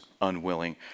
unwilling